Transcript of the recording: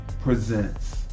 Presents